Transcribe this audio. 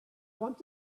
want